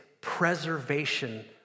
preservation